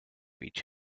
each